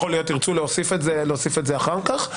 יכול להיות שתרצו להוסיף את זה אחר כך.